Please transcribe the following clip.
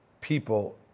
people